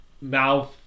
mouth